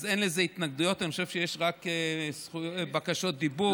אין לזה התנגדויות, אני חושב שיש רק בקשות דיבור.